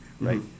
Right